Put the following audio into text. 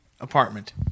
apartment